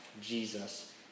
Jesus